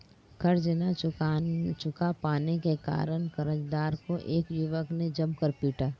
कर्ज ना चुका पाने के कारण, कर्जदार को एक युवक ने जमकर पीटा